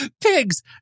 Pigs